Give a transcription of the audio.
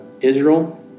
Israel